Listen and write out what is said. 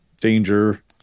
danger